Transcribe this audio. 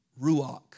ruach